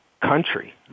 country